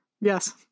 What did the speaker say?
Yes